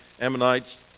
Ammonites